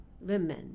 women